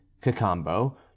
Cacambo